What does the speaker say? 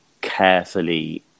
carefully